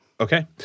Okay